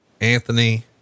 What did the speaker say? Anthony